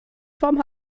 vom